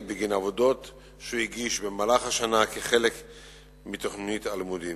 בגין עבודות שהוא הגיש במהלך השנה כחלק מתוכנית הלימודים.